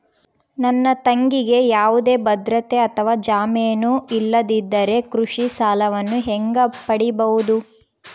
ನನ್ನ ತಂಗಿಗೆ ಯಾವುದೇ ಭದ್ರತೆ ಅಥವಾ ಜಾಮೇನು ಇಲ್ಲದಿದ್ದರೆ ಕೃಷಿ ಸಾಲವನ್ನು ಹೆಂಗ ಪಡಿಬಹುದು?